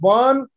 one